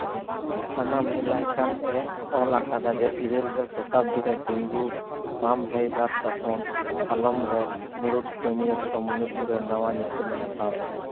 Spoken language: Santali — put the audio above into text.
ᱥᱟᱱᱟᱢᱟᱦᱤ ᱞᱟᱭᱠᱟᱱ ᱮ ᱚᱞ ᱟᱠᱟᱫᱟ ᱡᱮ ᱤᱨᱟᱹᱞ ᱜᱮᱞ ᱥᱚᱛᱟᱵᱽᱫᱤ ᱨᱮ ᱰᱮᱝᱜᱩ ᱯᱟᱢᱦᱮᱭᱵᱟᱨ ᱥᱟᱥᱚᱱ ᱟᱞᱚᱢ ᱨᱮ ᱢᱩᱬᱩᱛ ᱠᱟᱹᱢᱭᱟᱹ ᱠᱚ ᱢᱩᱱᱤᱯᱩᱨ ᱨᱮ ᱱᱟᱣᱟ ᱧᱩᱛᱩᱢᱮ ᱦᱟᱛᱟᱣ ᱞᱮᱫᱟ